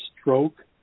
stroke